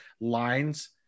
lines